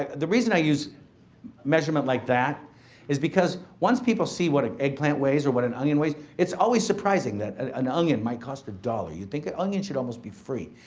the reason i use measurement like that is because once people see what an eggplant weighs or what an onion weighs, it's always surprising that an an onion might cost a dollar. you'd think an onion should almost be free.